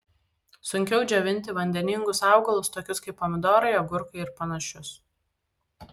sunkiau džiovinti vandeningus augalus tokius kaip pomidorai agurkai ir panašius